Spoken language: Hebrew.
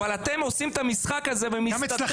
אבל אתם עושים את המשחק הזה ומסתתרים,